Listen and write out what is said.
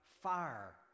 fire